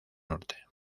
norte